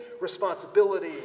responsibility